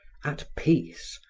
at peace,